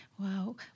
Wow